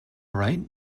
right